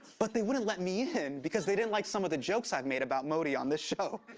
but they wouldn't let me in because they didn't like some of the jokes i've made about modi on this show,